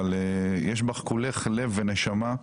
אבל יש בך כולך לב ונשמה.